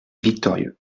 victorieux